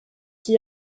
qui